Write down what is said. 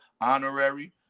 honorary